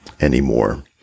anymore